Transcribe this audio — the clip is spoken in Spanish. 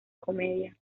comedia